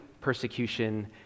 persecution